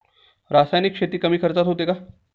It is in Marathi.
रासायनिक शेती कमी खर्चात होते का?